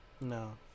No